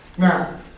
Now